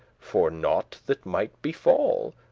for nought that might befall.